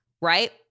right